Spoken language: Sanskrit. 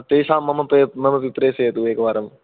तेषां ममप ममपि प्रेषयतु एकवारं